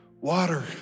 water